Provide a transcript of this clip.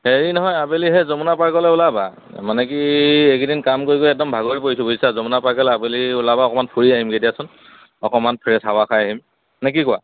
হেৰি নহয় আবেলি সেই যমুনা পাৰ্কলৈ ওলাবা মানে কি এইকেইদিন কাম কৰি কৰি একদম ভাগৰি পৰিছোঁ বুদিছা যমুনা পাৰ্কলৈ আবেলি ওলাবা অকণমান ফুৰি আহিমগৈ দিয়াচোন অকণমান ফ্ৰেছ হাৱা খাই আহিম নে কি কোৱা